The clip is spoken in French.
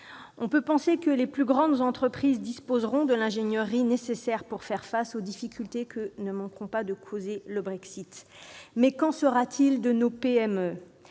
On peut penser que les plus grandes entreprises disposeront de l'ingénierie nécessaire pour faire face aux difficultés que cette situation ne manquera pas de provoquer, mais qu'en sera-t-il de nos PME ?